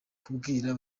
kubwira